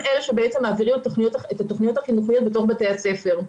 אלה שמעבירים את התוכניות החינוכיות בתוך בתי הספר.